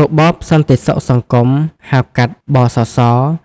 របបសន្តិសុខសង្គម ហៅកាត់ (ប.ស.ស)